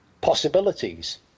possibilities